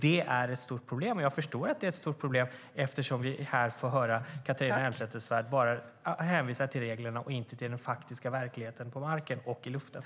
Det är ett stort problem, och jag förstår att det är det, eftersom vi här får höra Catharina Elmsäter-Svärd hänvisa bara till reglerna och inte till den faktiska verkligheten på marken och i luften.